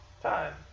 time